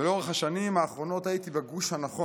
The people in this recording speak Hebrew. ולאורך השנים האחרונות הייתי בגוש הנכון,